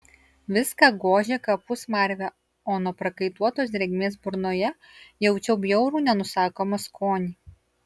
viską gožė kapų smarvė o nuo prakaituotos drėgmės burnoje jaučiau bjaurų nenusakomą skonį